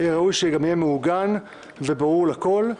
ראוי שגם יהיה מעוגן וברור לכול.